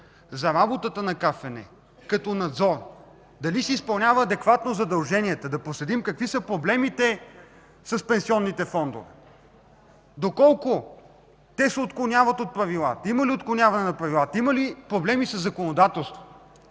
за финансов надзор като надзор – дали си изпълнява адекватно задълженията, да проследим какви са проблемите с пенсионните фондове, доколко те се отклоняват от правилата, има ли отклоняване от правилата, има ли проблеми със законодателство.